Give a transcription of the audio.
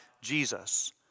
Jesus